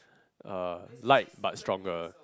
uh light but stronger